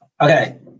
Okay